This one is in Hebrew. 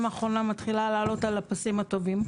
האחרונות מתחילה לעלות על הפסים הטובים,